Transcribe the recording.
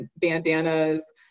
bandanas